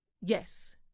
Yes